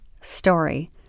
story